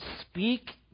speak